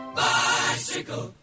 bicycle